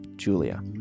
julia